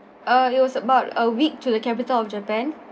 uh it was about a week to the capital of japan